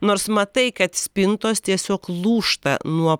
nors matai kad spintos tiesiog lūžta nuo